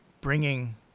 bringing –